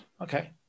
okay